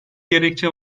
gerekçe